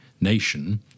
nation